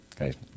Okay